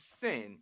sin